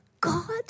God